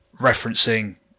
referencing